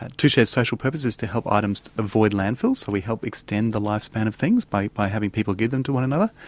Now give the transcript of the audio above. tushare's social purpose is to help items avoid landfill, so we help extend the lifespan of things by by having people give them to one another.